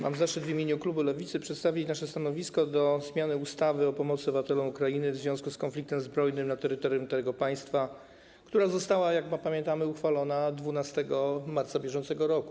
Mam zaszczyt w imieniu klubu Lewicy przedstawić nasze stanowisko dotyczące zmiany ustawy o pomocy obywatelom Ukrainy w związku z konfliktem zbrojnym na terytorium tego państwa, która została, jak pamiętamy, uchwalona 12 marca br.